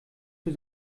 für